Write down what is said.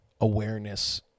awareness